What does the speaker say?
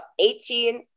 18